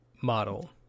model